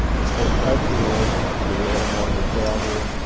four types of rules, just to give you a little more detail here.